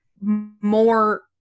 more